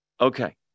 Okay